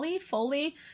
Foley